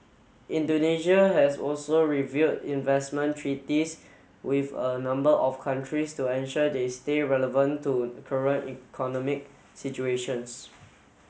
Indonesia has also review investment treaties with a number of countries to ensure they stay relevant to current economic situations